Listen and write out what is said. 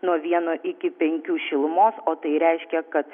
nuo vieno iki penkių šilumos o tai reiškia kad